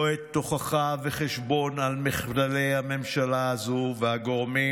לא עת תוכחה וחשבון על מחדלי הממשלה הזו והגורמים